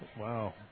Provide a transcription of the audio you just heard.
Wow